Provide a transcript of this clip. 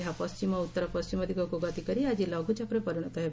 ଏହା ପଣ୍ଢିମ ଉତ୍ତର ପଣ୍ଢିମ ଦିଗକୁ ଗତିକରି ଆଜି ଲଘୁଚାପରେ ପରିଣତ ହେବ